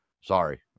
sorry